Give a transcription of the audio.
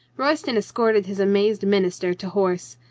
royston escorted his amazed minister to horse.